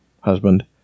Husband